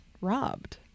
robbed